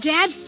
Dad